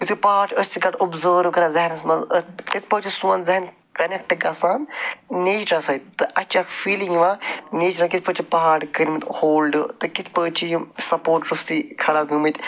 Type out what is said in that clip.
یِتھُے پہاڑ أسۍ چھِ اوٚبزٲرٕو کَران ذیٚہنَس منٛز یِتھٕ پٲٹھۍ چھُ سون ذیٚہَن کَنیکٹ گژھان نیچرَس سۭتۍ تہٕ اَسہِ چھِ اکھ فیٖلِنٛگ یِوان نیچر کِتھٕ پٲٹھۍ چھُ پَہاڑ کٔرۍمٕتۍ ہولڈٕ تہٕ کِتھٕ پٲٹھۍ چھِ یِم سَپورٹ روٚستُے کھڑا گٲمتۍ